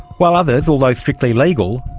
while others, although strictly legal,